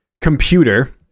computer